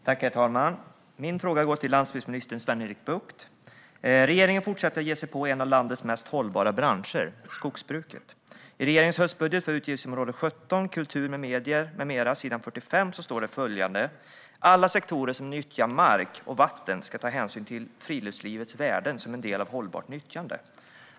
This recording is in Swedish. Herr talman! Min fråga går till landsbygdsminister Sven-Erik Bucht. Regeringen fortsätter att ge sig på en av landets mest hållbara branscher: skogsbruket. I regeringens höstbudget för utgiftsområde 17 Kultur, medier med mera står det följande på s. 45: "Alla sektorer som nyttjar mark och vatten ska ta hänsyn till friluftslivets värden som en del av ett hållbart nyttjande."